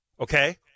Okay